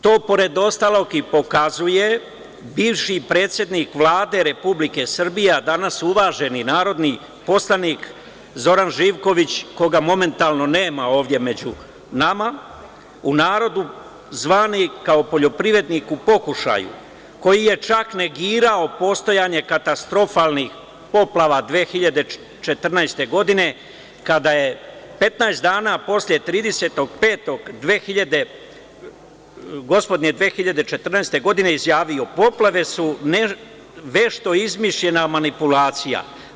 To pored ostalog i pokazuje bivši predsednik Vlade Republike Srbije, a danas uvaženi narodni poslanik Zoran Živković, koga momentalno nema ovde među nama, u narodu zvani kao poljoprivrednik u pokušaju, koji je čak negirao postojanje katastrofalnih poplava 2014. godine, kada je 15 dana posle 30.05.2014. godine, izjavio – „Poplave su vešto izmišljena manipulacija.